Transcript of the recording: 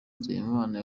nzeyimana